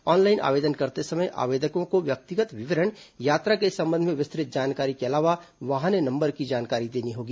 online आवेदन करते समय आवेदकों को व्यक्तिगत विवरण यात्रा के संबंध में विस्तृत जानकारी के अलावा वाहन नंबर की जानकारी देनी होगी